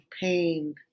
pain